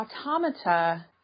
automata